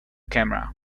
camera